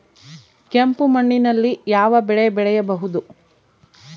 ಕೆಂಪು ಮಣ್ಣಿನಲ್ಲಿ ಯಾವ ಬೆಳೆ ಬೆಳೆಯಬಹುದು?